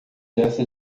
dessa